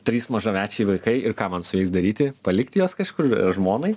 trys mažamečiai vaikai ir ką man su jais daryti palikti juos kažkur žmonai